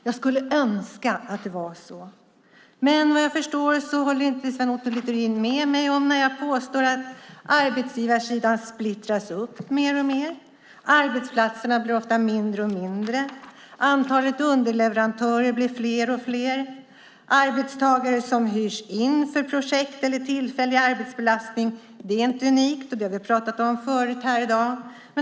Jag skulle önska att det var så. Vad jag förstår håller inte Sven Otto Littorin med mig när jag påstår att arbetsgivarsidan splittras upp alltmer. Arbetsplatserna blir ofta allt mindre. Antalet underleverantörer blir allt fler. Det är inte unikt med arbetstagare som hyrs in för projekt eller tillfällig arbetsbelastning. Det har vi talat om förut här i dag.